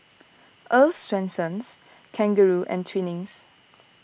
Earl's Swensens Kangaroo and Twinings